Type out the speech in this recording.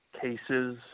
cases